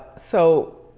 so,